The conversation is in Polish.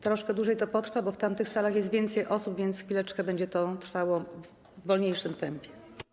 Troszkę dłużej to potrwa, bo w tamtych salach jest więcej osób, więc chwileczkę będzie to trwało, w wolniejszym tempie.